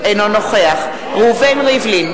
אינו נוכח ראובן ריבלין,